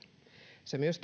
se tarkoittaa myös